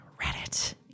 Reddit